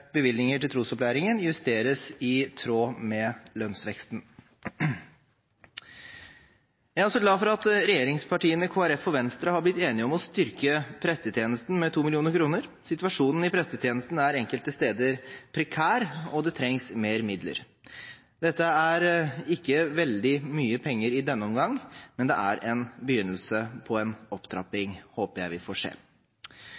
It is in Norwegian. bevilgninger til trosopplæringen justeres i tråd med lønnsveksten. Jeg er også glad for at regjeringspartiene, Kristelig Folkeparti og Venstre har blitt enige om å styrke prestetjenesten med 2 mill. kr. Situasjonen i prestetjenesten er enkelte steder prekær, og det trengs mer midler. Dette er ikke veldig mye penger i denne omgang, men det er en begynnelse på en